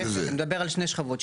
אני מדבר על שני שכבות.